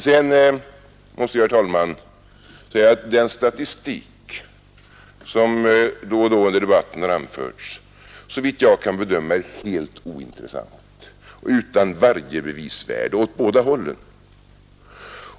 Sedan måste jag, herr talman, säga att den statistik som då och då under debatten anförts, såvitt jag kan bedöma, är helt ointressant och utan varje bevisvärde åt båda hållen.